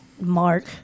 Mark